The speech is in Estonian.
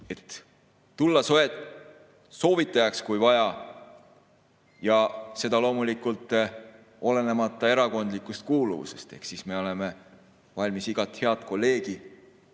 kas tulla soovitajaks, kui vaja. Seda loomulikult olenemata erakondlikust kuuluvusest. Ehk me oleme valmis igat head kolleegi